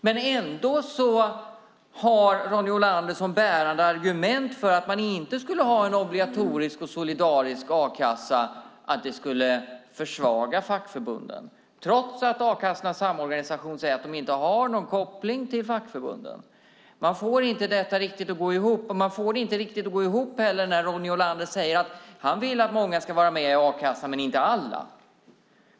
Men ändå har Ronny Olander som bärande argument för att inte ha en obligatorisk och solidarisk a-kassa att det skulle försvaga fackförbunden, trots att A-kassornas samorganisation säger att de inte har någon koppling till fackförbunden. Man får inte riktigt detta att gå ihop. Man får det inte heller riktigt att gå ihop när Ronny Olander säger att han vill att många ska vara med i a-kassan men inte alla.